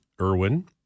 Irwin